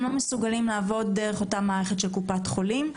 הם לא מסוגלים לעבוד דרך המערכת של קופת חולים.